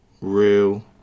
real